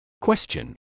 Question